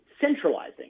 centralizing